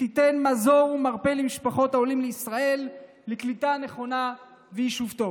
שתיתן מזור ומרפא למשפחות העולים לישראל לקליטה נכונה ויישוב טוב.